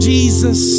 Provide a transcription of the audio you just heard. Jesus